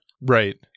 Right